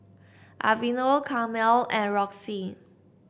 Aveeno Camel and Roxy